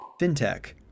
fintech